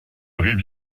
rivière